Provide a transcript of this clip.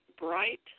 bright